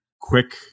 quick